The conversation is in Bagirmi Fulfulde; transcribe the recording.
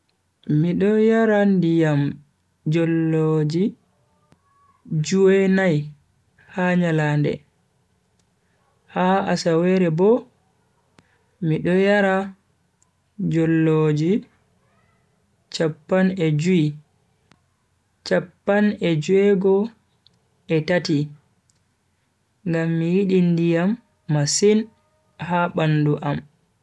Mido yara diyam jolloji ju'e nai ha nyalande. Ha asaweere bo, mido yara jolloji chappan e jui. chappan e ju'e go e tati ngam mi yidi ndiyam masin ha bandu am.